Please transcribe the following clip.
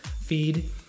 feed